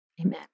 amen